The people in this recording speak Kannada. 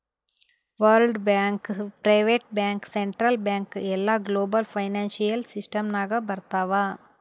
world bank, private bank, central bank ಎಲ್ಲಾ ಗ್ಲೋಬಲ್ ಫೈನಾನ್ಸಿಯಲ್ ಸಿಸ್ಟಮ್ ನಾಗ್ ಬರ್ತಾವ್